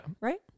Right